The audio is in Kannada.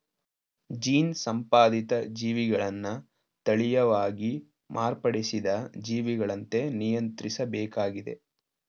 ಜೀನ್ ಸಂಪಾದಿತ ಜೀವಿಗಳನ್ನ ತಳೀಯವಾಗಿ ಮಾರ್ಪಡಿಸಿದ ಜೀವಿಗಳಂತೆ ನಿಯಂತ್ರಿಸ್ಬೇಕಾಗಿದೆ